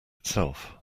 itself